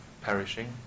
perishing